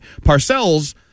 Parcells